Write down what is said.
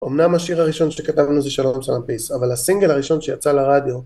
אמנם השיר הראשון שכתבנו זה שלום שלום פייס, אבל הסינגל הראשון שיצא לרדיו